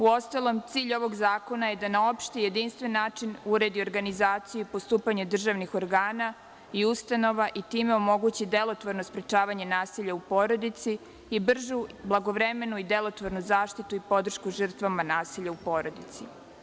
Uostalom, cilj ovog zakona je da na opšti jedinstven način uredi organizaciju i postupanje državnih organa i ustanova i time omogući delotvorna sprečavanja nasilja u porodici i bržu, blagovremenu i delotvornu zaštitu i podršku žrtvama nasilja u porodici.